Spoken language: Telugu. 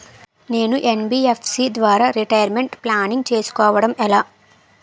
నేను యన్.బి.ఎఫ్.సి ద్వారా రిటైర్మెంట్ ప్లానింగ్ చేసుకోవడం ఎలా?